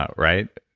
ah right?